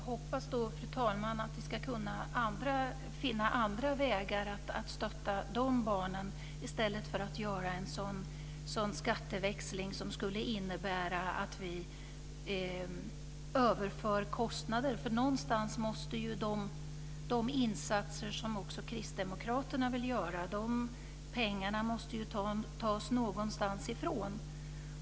Fru talman! Jag hoppas då att vi ska kunna finna andra vägar att stötta de barnen i stället för att göra en sådan skatteväxling som skulle innebära att vi överför kostnader. Någonstans ifrån måste ju pengarna för de insatser som kristdemokraterna vill göra tas.